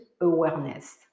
awareness